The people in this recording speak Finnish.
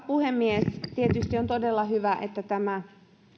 puhemies tietysti on todella hyvä että